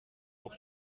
pour